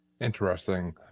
Interesting